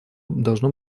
должно